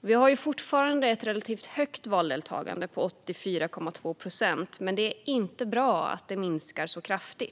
Vi har fortfarande ett relativt högt valdeltagande, på 84,2 procent. Men det är inte bra att det minskar så kraftigt.